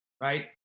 right